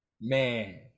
man